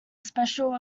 special